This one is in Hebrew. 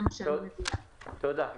תודה.